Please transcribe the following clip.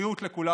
בריאות לכולם.